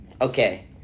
Okay